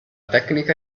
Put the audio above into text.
tecnica